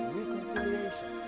reconciliation